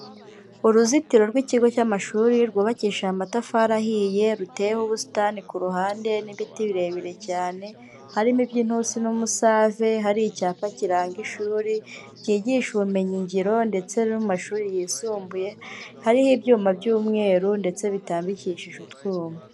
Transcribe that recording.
Uruzitiro rw'ikigo cy'amashuri, rwubakishije amatafari ahiye, ruteyeho ubusitani ku ruhande, n'ibiti birebire cyane, harimo iby'intusi n'umusave, hari icyapa kiranga ishuri, cyigisha ubumenyingiro ndetse no mu mashuri yisumbuye, hariho ibyuma by'umweru ndetse bitambikishije utwuma.